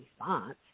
response